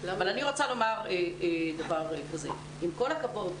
עם כל הכבוד,